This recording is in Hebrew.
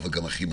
אבל גם הכי מהר.